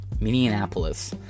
Minneapolis